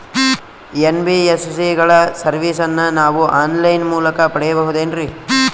NBSC ಗಳ ಸರ್ವಿಸನ್ನ ನಾವು ಆನ್ ಲೈನ್ ಮೂಲಕ ಪಡೆಯಬಹುದೇನ್ರಿ?